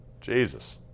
Jesus